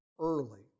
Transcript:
Early